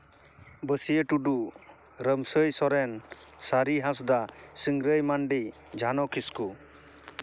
ᱵᱟᱹᱥᱭᱟᱹ ᱴᱩᱰᱩ ᱨᱟᱢᱥᱟᱹᱭ ᱥᱚᱨᱮᱱ ᱥᱟᱹᱨᱤ ᱦᱟᱸᱥᱫᱟ ᱥᱤᱝᱨᱟᱹᱭ ᱢᱟᱹᱱᱰᱤ ᱡᱷᱟᱱᱚ ᱠᱤᱥᱠᱩ